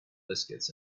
biscuits